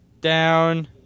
down